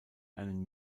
einen